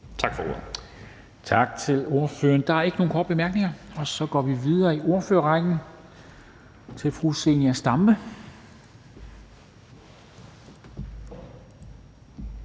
Dam Kristensen): Tak til ordføreren. Der er ikke nogen korte bemærkninger. Og så går vi videre i ordførerrækken til fru Zenia Stampe,